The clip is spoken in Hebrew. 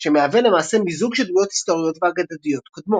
שמהווה למעשה מיזוג של דמויות היסטוריות ואגדתיות קודמות.